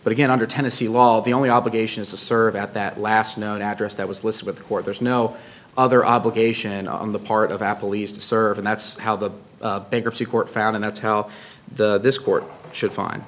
but again under tennessee law all of the only obligation is to serve out that last known address that was listed with the court there's no other obligation on the part of apple east to serve and that's how the bankruptcy court found that's how the this court should fine